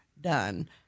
done